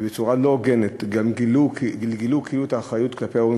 ובצורה לא הוגנת גם גלגלו כאילו את האחריות כלפי ההורים,